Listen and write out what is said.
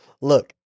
Look